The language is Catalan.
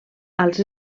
als